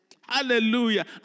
Hallelujah